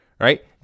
right